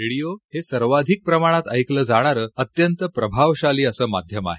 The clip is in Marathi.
रेडियो सर्वाधिक प्रमाणात ऐकलं जाणार अत्यंत प्रभावशाली असं माध्यम आहे